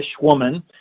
woman